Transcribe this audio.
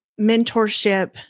mentorship